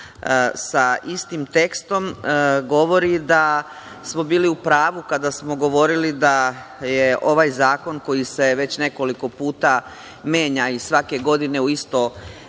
sa istim tekstom govori da smo bili u pravu kada smo govorili da je ovaj zakon, koji se već nekoliko puta menja iz godine u godinu u isto